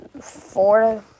Four